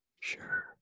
Sure